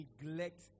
neglect